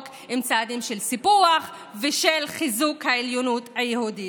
עם צעדים של סיפוח ושל חיזוק העליונות היהודית.